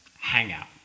hangout